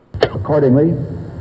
Accordingly